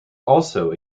also